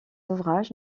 ouvrage